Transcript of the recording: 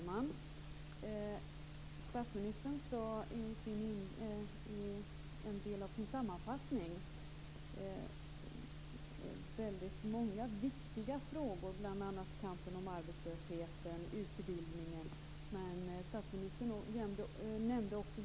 Fru talman! I slutsatserna finns uttrycket benchmarks.